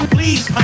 Please